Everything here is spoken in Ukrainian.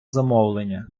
замовлення